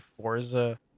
Forza